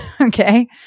okay